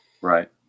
Right